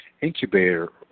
incubator